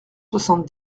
soixante